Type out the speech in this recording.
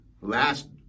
last